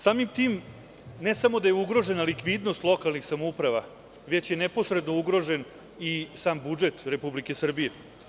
Samim tim, ne samo da je ugrožena likvidnost lokalnih samouprava, već je neposredno ugrožen i sam budžet Republike Srbije.